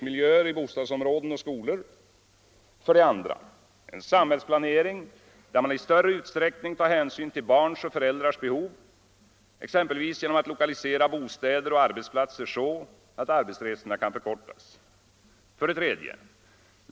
En samhällsplanering där man i större utsträckning tar hänsyn till barns och föräldrars behov, exempelvis genom att lokalisera bostäder och arbetsplatser så att arbetsresorna kan förkortas. 3.